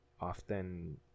often